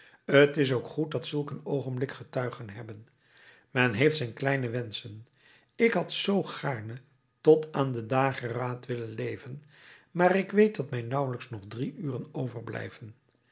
t is ook goed dat zulk een oogenblik getuigen hebbe men heeft zijn kleine wenschen ik had zoo gaarne tot aan den dageraad willen leven maar ik weet dat mij nauwelijks nog drie uren overblijven